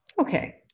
Okay